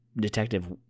Detective